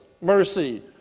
mercy